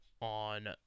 on